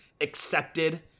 accepted